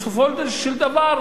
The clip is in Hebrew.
בסופו של דבר,